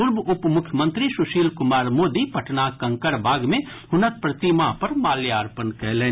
पूर्व उप मुख्यमंत्री सुशील कुमार मोदी पटनाक कंकड़बाग मे हुनक प्रतिमा पर माल्यार्पण कयलनि